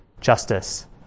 justice